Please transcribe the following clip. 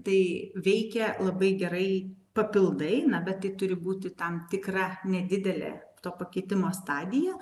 tai veikia labai gerai papildai na bet tai turi būti tam tikra nedidelė to pakitimo stadija